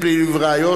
מימון,